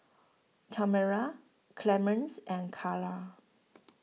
Tamera Clemence and Cara